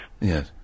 Yes